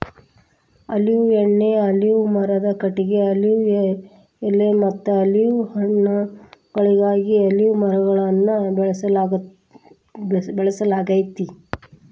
olive ಎಣ್ಣಿ, olive ಮರದ ಕಟಗಿ, ಆಲಿವ್ ಎಲೆಮತ್ತ ಆಲಿವ್ ಹಣ್ಣುಗಳಿಗಾಗಿ ಅಲಿವ್ ಮರವನ್ನ ಬೆಳಸಲಾಗ್ತೇತಿ